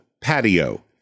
Patio